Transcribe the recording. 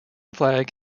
flag